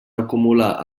acumular